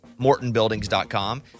MortonBuildings.com